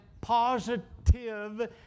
positive